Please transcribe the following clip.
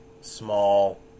small